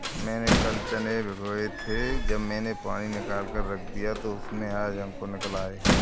मैंने कल चने भिगोए थे जब मैंने पानी निकालकर रख दिया तो उसमें आज अंकुर निकल आए